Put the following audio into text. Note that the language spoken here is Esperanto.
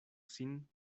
sin